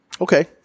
Okay